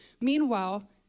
Meanwhile